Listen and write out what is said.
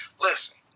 Listen